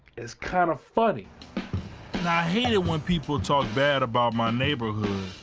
as kind of funny. now i hate it when people talk bad about my neighborhood,